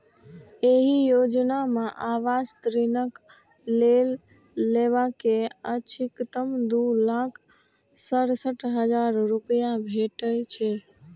एहि योजना मे आवास ऋणक लै बला कें अछिकतम दू लाख सड़सठ हजार रुपैया भेटै छै